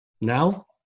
now